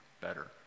better